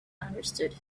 understood